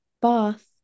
Bath